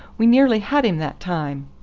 we nearly had him that time.